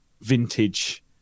vintage